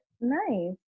Nice